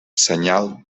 senyal